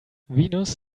venus